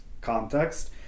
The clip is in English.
context